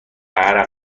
عرق